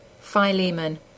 Philemon